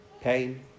pain